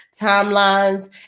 timelines